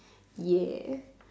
yeah